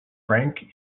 frank